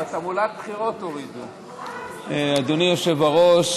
אדוני היושב-ראש,